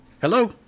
Hello